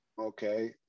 okay